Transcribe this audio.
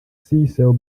cell